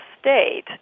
state